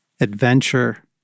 adventure